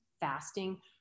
fasting